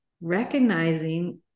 recognizing